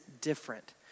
different